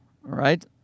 right